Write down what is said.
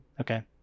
okay